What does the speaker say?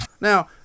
Now